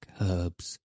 herbs